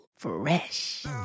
Fresh